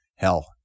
hell